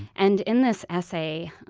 and in this essay,